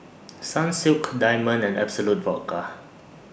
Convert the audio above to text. Sunsilk Diamond and Absolut Vodka